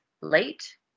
late